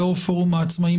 יושב ראש פורום העצמאים,